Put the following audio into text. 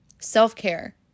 Self-care